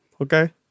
Okay